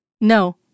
No